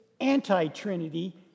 anti-trinity